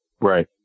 Right